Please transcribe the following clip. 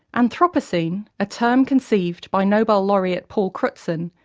anthropocene, a term conceived by nobel laureate paul crutzen,